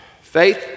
Faith